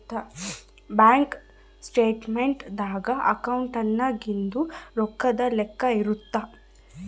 bank statement ದಾಗ ಅಕೌಂಟ್ನಾಗಿಂದು ರೊಕ್ಕದ್ ಲೆಕ್ಕ ಇರುತ್ತ